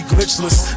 Glitchless